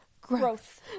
Growth